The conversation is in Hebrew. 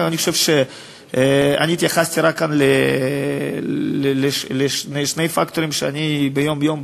אני התייחסתי כאן רק לשני פקטורים שאני ביום-יום